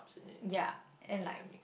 ya and like